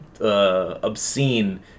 obscene